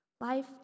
Life